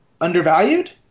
undervalued